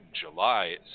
July